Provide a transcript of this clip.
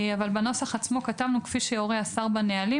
אבל בנוסח כתבנו "כפי שיורה השר בנהלים